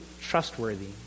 trustworthy